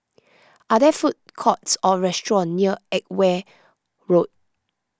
are there food courts or restaurants near Edgware Road